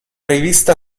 rivista